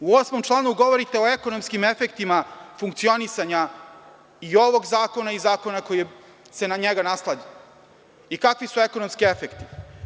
U 8. članu govorite o ekonomskim efektima funkcionisanja i ovog zakona i zakona koji se na njega naslanja i kakvi su ekonomski efekti.